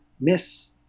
miss